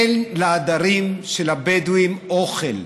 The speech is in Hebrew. אין לעדרים של הבדואים אוכל,